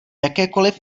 jakékoliv